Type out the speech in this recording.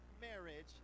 marriage